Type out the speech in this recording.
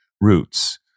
roots